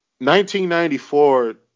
1994